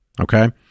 Okay